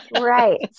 right